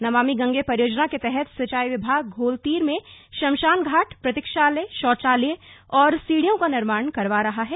नमामि गंगे परियोजना के तहत सिंचाई विभाग घोलतीर में श्मशान घाट प्रतीक्षालय शौचालय और सीढियों का निर्माण करवा रहा है